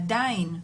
עדיין,